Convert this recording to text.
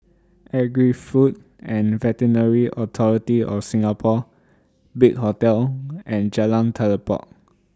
Agri Food and Veterinary Authority of Singapore Big Hotel and Jalan Telipok